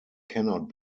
cannot